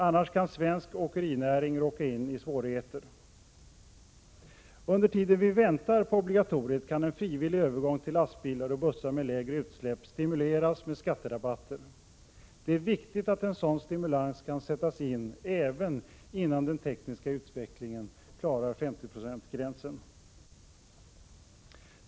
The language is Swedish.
Annars kan svensk åkerinäring råka in i svårigheter. Medan vi väntar på obligatoriet kan en frivillig övergång till lastbilar och bussar med lägre utsläpp stimuleras med skatterabatter. Det är viktigt att en sådan stimulans kan sättas in även innan den tekniska utvecklingen klarar 50-procentsgränsen.